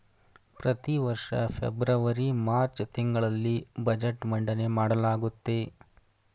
ಪ್ರತಿವರ್ಷ February March ತಿಂಗಳಲ್ಲಿ budget ಮಂಡನೆ ಮಾಡಲಾಗುತ್ತೆ